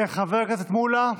חבר הכנסת מולא,